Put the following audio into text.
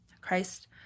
Christ